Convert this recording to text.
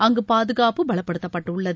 அங்கு பாதுகாப்பு பலப்படுத்தப்பட்டுள்ளது